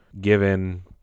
given